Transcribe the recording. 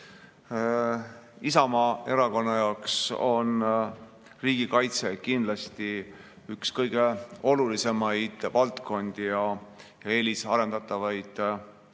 Isamaa Erakonna jaoks on riigikaitse kindlasti üks kõige olulisemaid valdkondi ja eelisarendatavaid tegevusi,